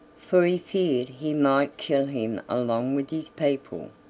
for he feared he might kill him along with his people,